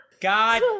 God